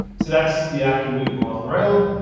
so that's the actor moving along the rail.